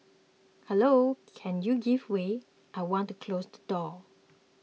hello can you give way I want to close the door